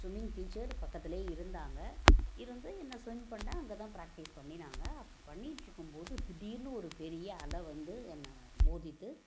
swimming teacher பக்கத்துலயே இருந்தாங்க இருந்து என்ன ஸ்விம் பண்ண அங்கே தான் ப்ராக்டிஸ் பண்ணின்னாங்க அப்போ பண்ணிட்டுருக்கும்போது திடீர்ன்னு ஒரு பெரிய அலை வந்து என்ன மோதிவிட்டு